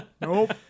Nope